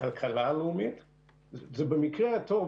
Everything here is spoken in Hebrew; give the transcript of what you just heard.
הכלכלה הלאומית; במקרה הטוב,